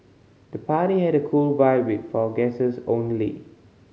the party had a cool vibe with for guests only